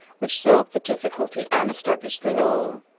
which solved the difficulty and established the law.